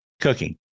Cooking